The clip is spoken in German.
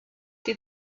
die